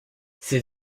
ses